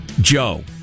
Joe